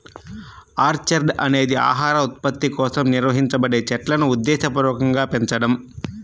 orchard అనేది ఆహార ఉత్పత్తి కోసం నిర్వహించబడే చెట్లును ఉద్దేశపూర్వకంగా పెంచడం